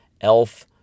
elf